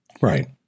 Right